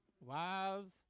Wives